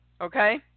Okay